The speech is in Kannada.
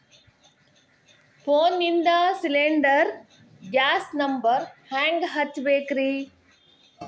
ಫೋನಿಂದ ಸಿಲಿಂಡರ್ ಗ್ಯಾಸ್ ನಂಬರ್ ಹೆಂಗ್ ಹಚ್ಚ ಬೇಕ್ರಿ?